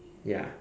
ya